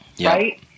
right